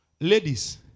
Ladies